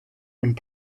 und